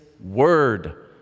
word